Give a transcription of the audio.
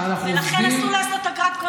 ולכן אסור לעשות אגרת גודש,